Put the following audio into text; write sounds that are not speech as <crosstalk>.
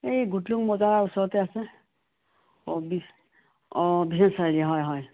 এই গুটলুং বজাৰৰ ওচৰতে আছে অ' <unintelligible> চাৰিআলি হয় হয়